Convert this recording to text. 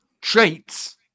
Traits